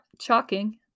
chalking